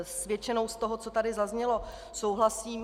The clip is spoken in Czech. S většinou toho, co tady zaznělo, souhlasím.